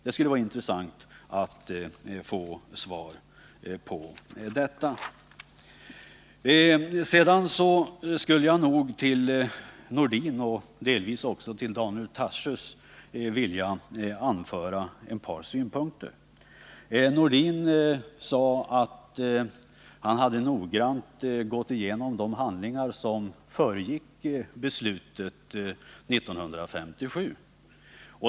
Det skulle vara intressant att få svar på den frågan. Jag vill sedan till Sven-Erik Nordin, och delvis också till Daniel Tarschys, framföra ytterligare ett par synpunkter. Sven-Erik Nordin sade att han noggrant hade gått igenom de handlingar som föregick beslutet 1957.